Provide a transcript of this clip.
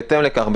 בהתאם לכך,